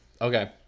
okay